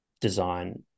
design